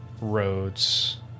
roads